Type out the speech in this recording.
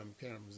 cameras